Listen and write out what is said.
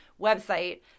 website